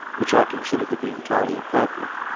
which i consider to be entirely appropriate,